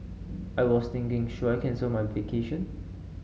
I was thinking should I cancel my vacation